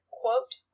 quote